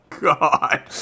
God